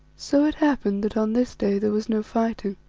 so it happened that on this day there was no fighting.